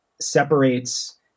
separates